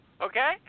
okay